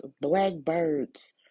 blackbirds